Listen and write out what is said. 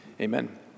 amen